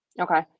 Okay